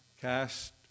Cast